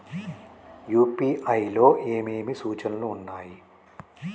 UPI లో ఏమేమి సూచనలు ఉన్నాయి?